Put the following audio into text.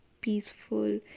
peaceful